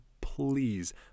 please